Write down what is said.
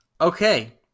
Okay